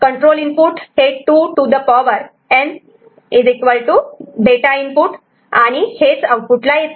control input 2 to the power n data data input आणि हे आऊटपुटला येते